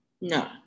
no